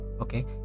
okay